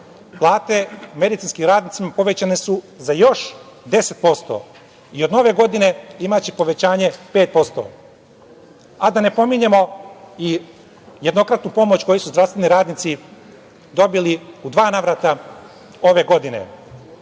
plate medicinskim radnicima povećane su za još 10% i od Nove godine imaće povećanje 5%, a da ne pominjemo i jednokratnu pomoć koju su zdravstveni radnici dobili u dva navrata ove godine. Sa